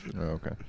okay